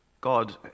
God